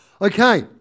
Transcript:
Okay